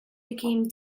became